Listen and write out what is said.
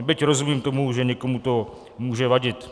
Byť rozumím tomu, že někomu to může vadit.